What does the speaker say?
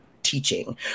teaching